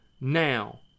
Now